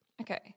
Okay